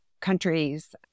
countries